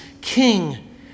king